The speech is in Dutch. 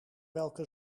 welke